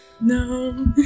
No